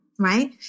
Right